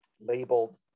labeled